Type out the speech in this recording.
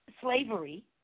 slavery